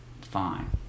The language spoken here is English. fine